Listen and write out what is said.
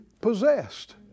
possessed